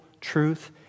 truth